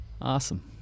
Awesome